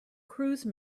cruise